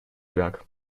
werk